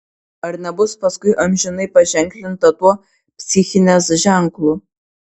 ar nebus paskui amžinai paženklinta tuo psichinės ženklu